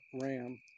ram